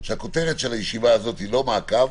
שהכותרת של הישיבה הזאת היא לא מעקב